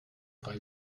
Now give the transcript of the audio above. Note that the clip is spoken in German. drei